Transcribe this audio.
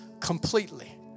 completely